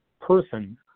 person